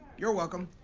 you're welcome.